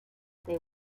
they